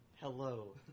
Hello